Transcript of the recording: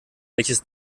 welches